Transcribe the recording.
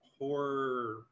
horror